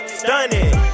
stunning